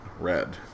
red